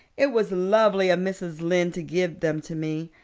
it was lovely of mrs. lynde to give them to me.